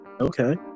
Okay